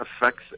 affects